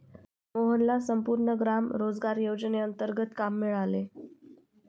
मोहनला संपूर्ण ग्राम रोजगार योजनेंतर्गत काम मिळाले